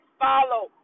follow